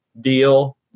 deal